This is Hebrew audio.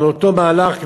על אותו מהלך.